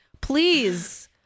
Please